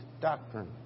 doctrine